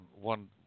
One